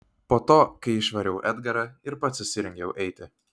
po to kai išvariau edgarą ir pats susirengiau eiti